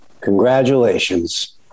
congratulations